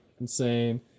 insane